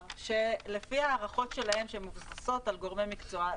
שלפי ההערכות שלהם שמבוססות על גורמי מקצוע,